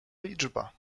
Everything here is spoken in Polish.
liczba